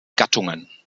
gattungen